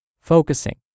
focusing